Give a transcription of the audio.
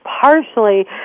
partially